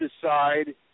decide –